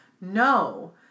No